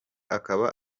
akaba